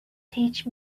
teach